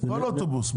כל אוטובוס.